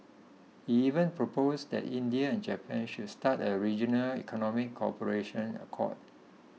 he even proposed that India and Japan should start a regional economic cooperation accord